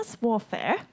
warfare